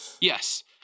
Yes